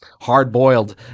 hard-boiled